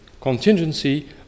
Contingency